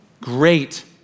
Great